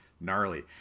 gnarly